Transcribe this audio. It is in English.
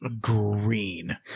green